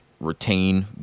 retain